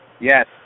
Yes